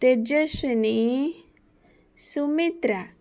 Tejaswini Sumitra